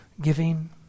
giving